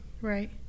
right